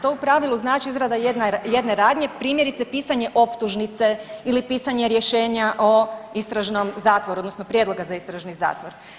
To u pravilu znači izrada jedne radnje primjerice pisanje optužnice ili pisanje rješenja o istražnom zatvoru odnosno prijedloga za istražni zatvor.